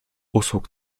usług